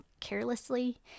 carelessly